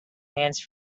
hands